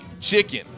chicken